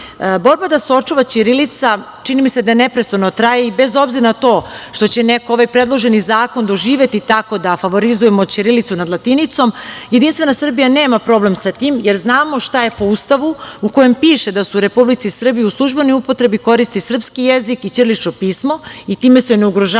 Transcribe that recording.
same. Borba da se očuva ćirilica čini mi se da neprestano traje i bez obzira na to što će neko ovaj predloženi zakon doživeti tako da favorizujemo ćirilicu nad latinicom, JS nema problem sa tim, jer znamo šta je po Ustavu, u kojem piše da se u Republici Srbiji u službenoj upotrebi koristi srpski jezik i ćirilično pismo i time se ne ugrožavaju